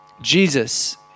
Jesus